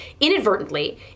inadvertently